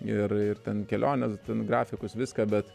ir ir ten keliones ten grafikus viską bet